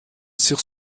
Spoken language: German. sich